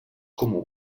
comú